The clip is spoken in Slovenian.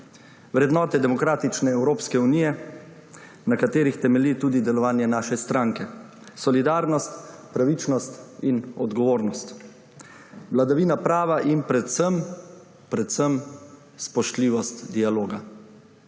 vrednote demokratične Evropske unije, na katerih temelji tudi delovanje naše stranke – solidarnost, pravičnost in odgovornost, vladavina prava in predvsem predvsem spoštljivost dialoga.